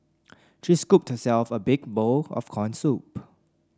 she scooped herself a big bowl of corn soup